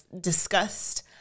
discussed